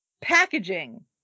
packaging